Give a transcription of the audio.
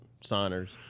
signers